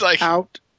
out